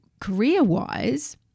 career-wise